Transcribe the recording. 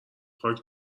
خاک